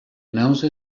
announce